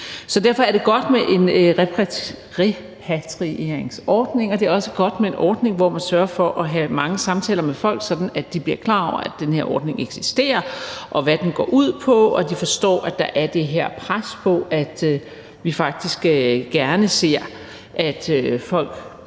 Så derfor er det godt med en repatrieringsordning, og det er også godt med en ordning, hvor man sørger for at have mange samtaler med folk, sådan at de bliver klar over, at den her ordning eksisterer, og hvad den går ud på, og at de forstår, at der er det her pres på, at vi faktisk gerne ser, at folk,